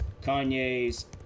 Kanye's